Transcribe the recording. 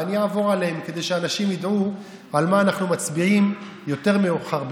ואני אעבור עליהם כדי שאנשים ידעו על מה אנחנו מצביעים יותר מאוחר,